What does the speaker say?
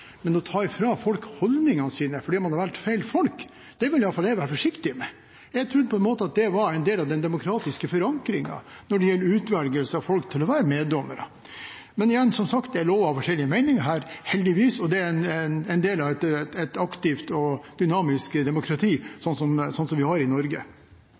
Men å ta fra folk holdningene deres fordi man har valgt feil folk, det vil i hvert fall jeg være forsiktig med. Jeg trodde det var en del av den demokratiske forankringen når det gjelder utvelgelsen av folk til å være meddommere. Men som sagt er det heldigvis lov å ha forskjellige meninger, heldigvis, og det er en del av et aktivt og dynamisk demokrati, som vi har i Norge.